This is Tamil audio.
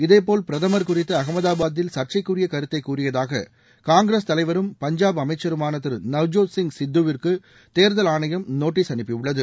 இதேபோல் பிரதமர் குறித்து அகமதாபாத்தில் சர்ச்சைக்குரிய கருத்தை கூறியதாக காங்கிரஸ் தலைவரும் பஞ்சாப் அமைச்சருமான திரு நவ்ஜோத் சிங் சித்துவிற்கு தேர்தல் ஆணையம் நோட்டீஸ் அனுப்பியுள்ளது